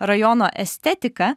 rajono estetiką